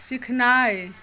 सीखनाइ